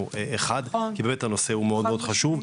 אנחנו אחד כי באמת הנושא הוא מאוד מאוד חשוב,